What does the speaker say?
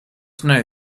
know